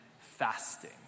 fasting